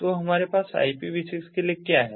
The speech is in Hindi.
तो हमारे पास IPV6 के लिए क्या है